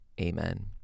amen